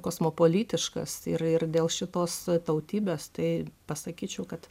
kosmopolitiškas ir ir dėl šitos tautybės tai pasakyčiau kad